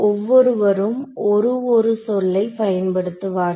ஒவ்வொருவரும் ஒரு ஒரு சொல்லை பயன்படுத்துவார்கள்